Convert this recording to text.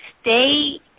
stay –